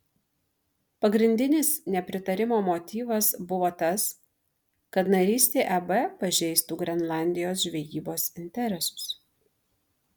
pagrindinis nepritarimo motyvas buvo tas kad narystė eb pažeistų grenlandijos žvejybos interesus